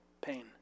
pain